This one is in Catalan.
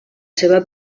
seva